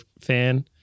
fan